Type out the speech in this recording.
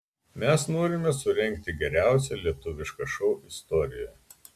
mes norime surengti geriausią lietuvišką šou istorijoje